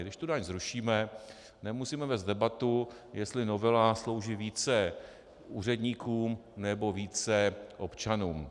Když tu daň zrušíme, nemusíme vést debatu, jestli novela slouží více úředníkům, nebo více občanům.